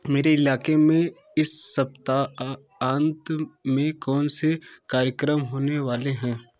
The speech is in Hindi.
मेरे इलाके में इस सप्ताहांत में कौन से कार्यक्रम होने वाले हैं